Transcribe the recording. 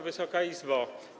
Wysoka Izbo!